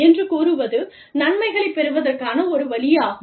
என்று கூறுவது நன்மைகளைப் பெறுவதற்கான ஒரு வழியாகும்